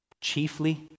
Chiefly